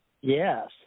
Yes